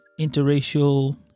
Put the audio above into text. interracial